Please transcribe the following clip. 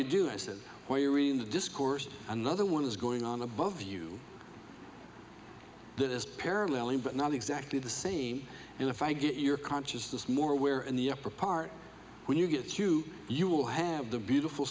you do i said well you read in the discourse another one is going on above you that is paralleling but not exactly the same and if i get your consciousness more aware and the upper part when you get you you will have the beautiful